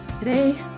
Today